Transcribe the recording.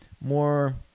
more